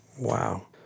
wow